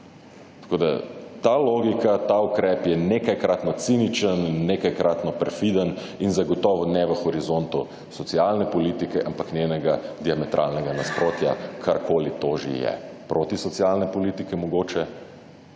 Tako da, ta logika, ta ukrep je nekajkratno ciničen in nekajkratno perfiden in zagotovo ne v horizontu socialne politike, ampak njenega diametralnega nasprotja, karkoli to že je, protisocialne politike mogoče,